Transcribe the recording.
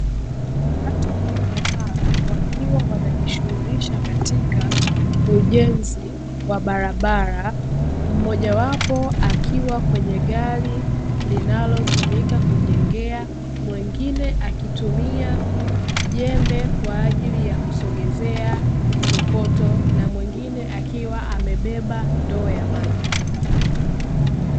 Watu kadhaa wakiwa wanajishughulisha katika ujenzi wa barabara. Mmoja wapo akiwa kwenye gari linalotumika kujengea, mwingine akitumia jembe kwa ajili ya kusogezea kokoto, na mwingine akiwa amebeba ndoo ya maji.